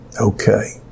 Okay